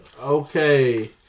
Okay